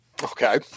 Okay